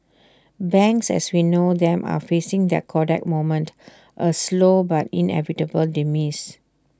banks as we know them are facing their Kodak moment A slow but inevitable demise